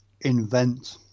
invent